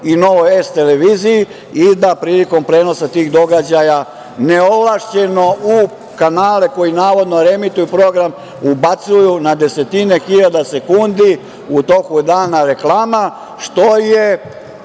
i Novoj S televiziji i da prilikom prenosa tih događaja ne ovlašćeno u kanale koji navodno reemituju program ubacuju na desetine hiljada sekundi u toku dana reklama, što je